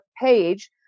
page